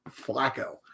Flacco